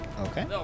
Okay